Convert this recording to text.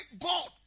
God